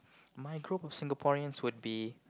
my group of Singaporeans would be